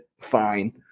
fine